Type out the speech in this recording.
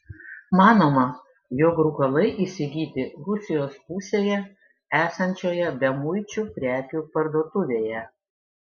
manoma jog rūkalai įsigyti rusijos pusėje esančioje bemuičių prekių parduotuvėje